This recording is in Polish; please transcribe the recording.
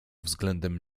względem